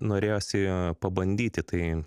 norėjosi pabandyti tai